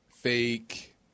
Fake